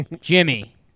Jimmy